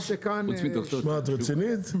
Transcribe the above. מה, את רצינית?